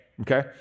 okay